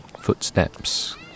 footsteps